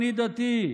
סמוטריץ',